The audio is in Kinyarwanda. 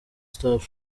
stop